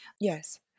Yes